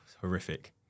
horrific